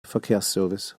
verkehrsservice